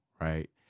right